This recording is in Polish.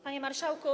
Panie Marszałku!